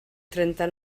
trenta